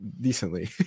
decently